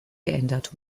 geändert